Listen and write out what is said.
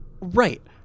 Right